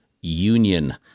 Union